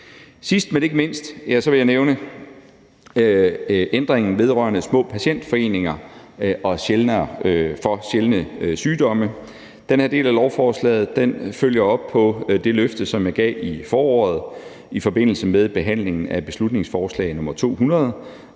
Sidst, men ikke mindst, vil jeg nævne ændringen vedrørende små patientforeninger for sjældne sygdomme. Den her del af lovforslaget følger op på det løfte, som jeg gav i foråret i forbindelse med behandlingen af beslutningsforslag nr. B 200